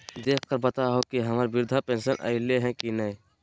देख कर बताहो तो, हम्मर बृद्धा पेंसन आयले है की नय?